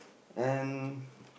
and